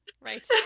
right